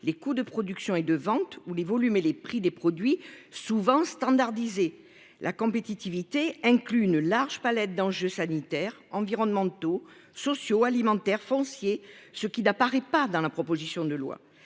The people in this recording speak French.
les coûts de production et de vente où les volumes et les prix des produits souvent. La compétitivité inclut une large palette d'enjeux sanitaires, environnementaux, sociaux alimentaire foncier, ce qui n'apparaît pas dans la proposition de loi.